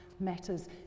Matters